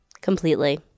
Completely